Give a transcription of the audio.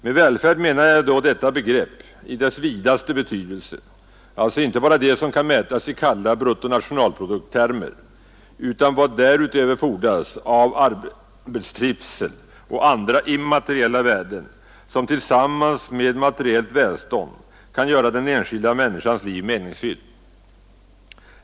Med välfärd menar jag då detta begrepp i dess vidaste betydelse — alltså inte bara det som kan mätas i kalla bruttonationalproduktsiffror, utan även vad därutöver fordras av arbetstrivsel och andra immateriella värden som tillsammans med materiellt välstånd kan göra den enskilda människans liv meningsfyllt.